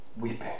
Weeping